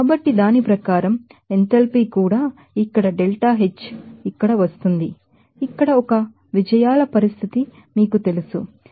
కాబట్టి దాని ప్రకారం ఎంథాల్పీ కూడా ఇక్కడ డెల్టా హెచ్ ఇక్కడ వస్తుంది ఇక్కడ 1 విజయాల పరిస్థితి మీకు తెలుసు ఇక్కడ 29